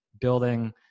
building